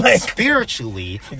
spiritually